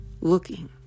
looking